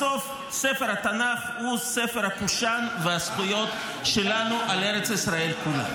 בסוף ספר התנ"ך הוא ספר הקושאן והזכויות שלנו על ארץ ישראל כולה.